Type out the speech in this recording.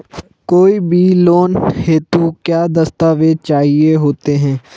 कोई भी लोन हेतु क्या दस्तावेज़ चाहिए होते हैं?